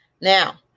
Now